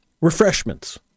refreshments